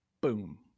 Boom